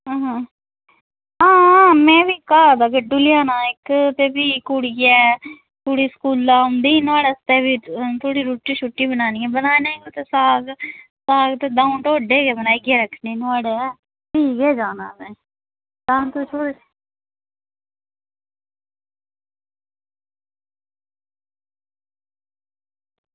आं में बी घाऽ दा गड्डू लेआना इक्क ते भी कुड़ियै स्कूला औना ना नुहाड़े आस्तै रुट्टी बनानी ऐ बनाना साग ते दौं ढोडे बनाने न बनाइयै रक्खने नुहाड़े भी गै जाना असें तां तुस